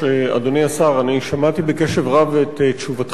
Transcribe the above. אדוני השר, אני שמעתי בקשב רב את תשובתך,